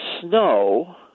snow